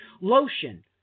Lotion